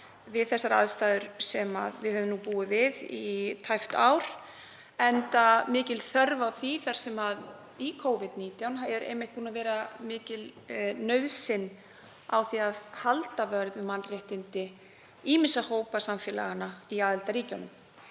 við þær aðstæður sem við höfum búið við í tæpt ár, enda mikil þörf á því þar sem í Covid-19 hefur einmitt verið mikil nauðsyn á því að halda vörð um mannréttindi ýmissa hópa samfélaganna í aðildarríkjunum.